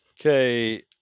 Okay